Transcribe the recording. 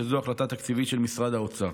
שזו החלטה תקציבית של משרד האוצר.